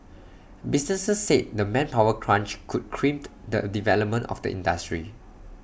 businesses said the manpower crunch could crimp the development of the industry